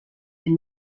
and